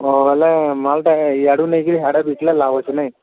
ହଁ ହେଲେ ମାଲ୍ଟା ଇଆଡ଼ୁ ନେଇକିରି ସେଆଡ଼େ ବିକିଲେ ଲାଭ ଅଛେ ନାଇଁ